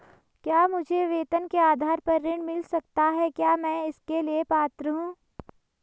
क्या मुझे वेतन के आधार पर ऋण मिल सकता है क्या मैं इसके लिए पात्र हूँ?